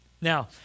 Now